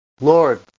Lord